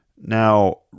Now